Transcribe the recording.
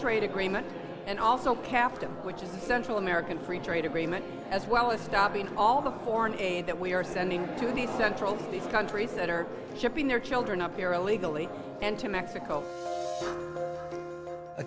trade agreement and also kept him which is the central american free trade agreement as well as stopping all the foreign aid that we are sending to the central these countries that are shipping their children up here illegally and to mexico a